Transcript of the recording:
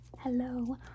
hello